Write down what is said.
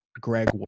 greg